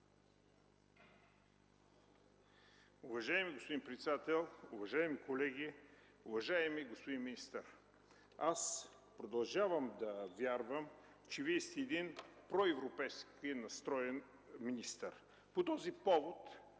Уважаеми господин председател, уважаеми колеги! Уважаеми господин министър, продължавам да вярвам, че Вие сте един проевропейски настроен министър. По този повод